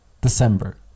december